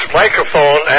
microphone